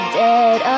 dead